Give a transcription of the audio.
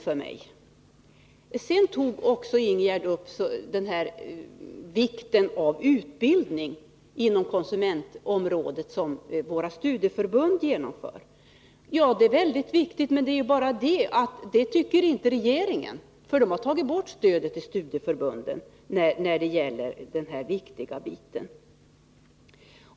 Sedan nämnde Ingegärd Oskarsson också vikten av den utbildning inom konsumentområdet som våra studieförbund genomför. Ja, den utbildningen är mycket viktig, men det tycker ju inte regeringen, eftersom den har tagit bort stödet till studieförbunden när det gäller denna viktiga del.